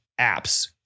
apps